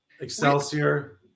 Excelsior